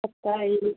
time